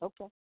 Okay